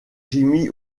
jimmy